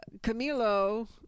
camilo